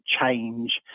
change